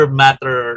matter